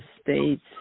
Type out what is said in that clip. states